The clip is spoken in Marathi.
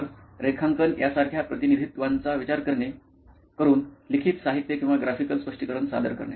तर रेखांकन यासारख्या प्रतिनिधित्वांचा विचार करुन लिखित साहित्य किंवा ग्राफिकल स्पष्टीकरण सादर करणे